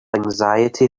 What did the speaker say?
anxiety